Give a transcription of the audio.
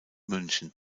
münchen